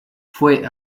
fue